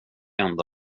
enda